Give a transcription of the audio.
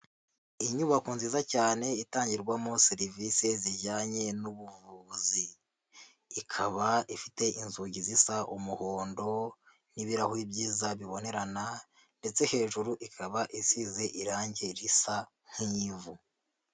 Inyubako nziza cyane itangirwamo serivisi zijyanye n'ubuvuzi ikaba ifite inzugi zisa umuhondo n'ibirahuri byiza bibonerana ndetse hejuru ikaba isize irangi risa nk'iy'ivu.